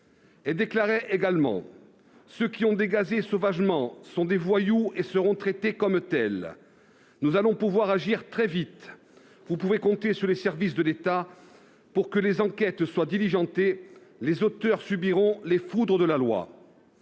Elles déclaraient également :« Ceux qui ont dégazé sauvagement [...] sont des voyous et [...] seront traités comme tels. [...] Nous allons pouvoir agir très vite. [...] Vous pouvez compter sur les services de l'État pour que les enquêtes soient diligentées. Les auteurs subiront les foudres de la loi. »